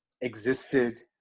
existed